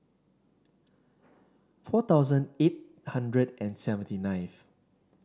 four thousand eight hundred and seventy ninth